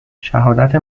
شهادت